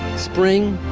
spring,